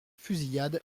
fusillade